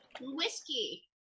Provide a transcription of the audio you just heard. Whiskey